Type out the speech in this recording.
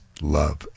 Love